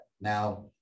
Now